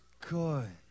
good